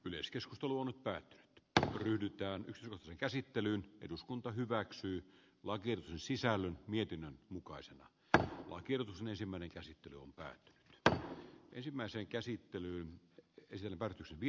yleiskeskustelun pääty tähän ryhdytään sen käsittelyyn eduskunta hyväksyy lakiin sisälly mietinnön mukaisena tämä onkin ensimmäinen siihen on pää ltä ensimmäisen käsittelyn e silva varaa